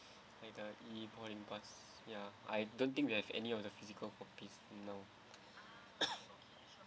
like the E boarding pass ya I don't think we have any of the physical copies no